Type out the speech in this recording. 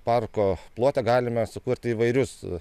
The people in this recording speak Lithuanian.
parko plote galima sukurti įvairius